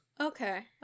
okay